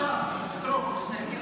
השרה סטרוק.